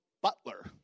Butler